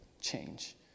change